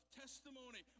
testimony